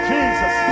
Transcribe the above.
Jesus